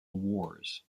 wars